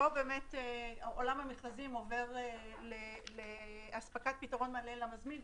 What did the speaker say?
עולם המכרזים עובר לאספקת פתרון מלא למזמין.